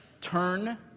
Turn